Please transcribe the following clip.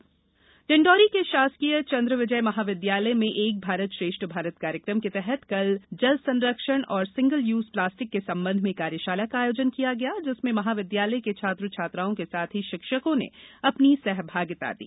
डिण्डोरी कार्यशाला डिण्डोरी के शासकीय चन्द्रविजय महाविद्यालय में एक भारत श्रेष्ठ भारत कार्यक्रम के तहत कल जल संरक्षण और सिंगल यूज़ प्लास्टिक के संबंध में कार्यशाला का आयोजन किया गया जिसमे महाविद्यालय के छात्र छात्राओं के साथ ही शिक्षकों ने अपनी सहभागिता दी